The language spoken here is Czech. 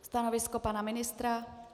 Stanovisko pana ministra?